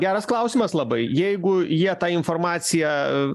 geras klausimas labai jeigu jie ta informacija